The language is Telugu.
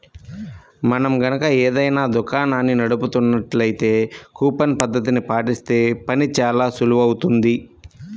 మనం గనక ఏదైనా దుకాణాన్ని నడుపుతున్నట్లయితే కూపన్ పద్ధతిని పాటిస్తే పని చానా సులువవుతుంది